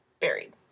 buried